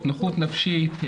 נכות נפשית,